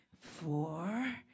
four